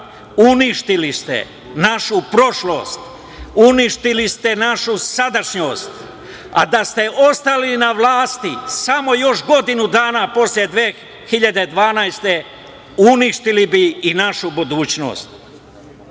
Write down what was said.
uništili ste našu prošlost, uništili ste našu sadašnjost, a da ste ostali na vlasti samo još godinu dana posle 2012. godine, uništili bi i našu budućnost. Dok